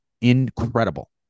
incredible